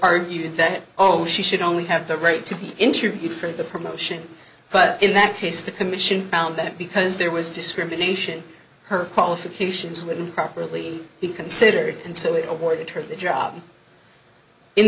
argue that oh she should only have the right to be interviewed for the promotion but in that case the commission found that because there was discrimination her qualifications wouldn't properly be considered and so it awarded her the job in